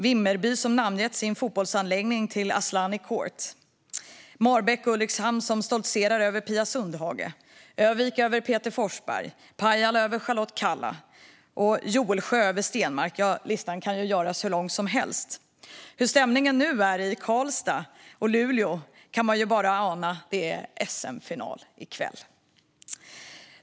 Vimmerby har namngett sin fotbollsanläggning till Asllani Court, och Marbäck och Ulricehamn stoltserar över Pia Sundhage, Ö-vik över Peter Forsberg, Pajala över Charlotte Kalla, Joesjö över Stenmark - ja, listan kan göras hur lång som helst. Hur stämningen nu är i Karlstad och Luleå kan man bara ana. Det är SM-final i kväll!